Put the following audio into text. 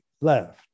left